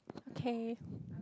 okay